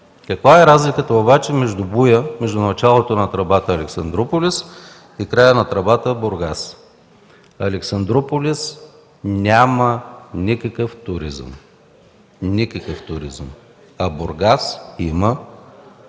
Каква е разликата между буя – началото на тръбата в Александруполис и края на тръбата в Бургас? В Александруполис няма никакъв туризъм. Никакъв туризъм! А в Бургас има милиарди